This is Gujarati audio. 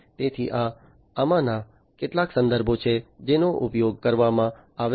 તેથી આ આમાંના કેટલાક સંદર્ભો છે જેનો ઉપયોગ કરવામાં આવે છે